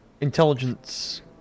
Intelligence